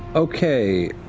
okay.